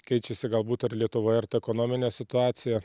keičiasi galbūt ar lietuvoje ir ta ekonominė situacija